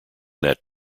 that